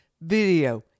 Video